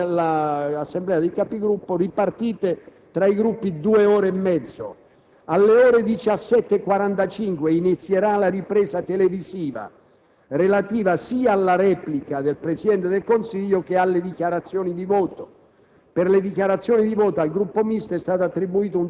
Per la discussione generale sono state ripartite tra i Gruppi due ore e mezzo. Alle ore 17,45 inizierà la ripresa diretta televisiva, relativa sia alla replica del Presidente del Consiglio che alle dichiarazioni di voto.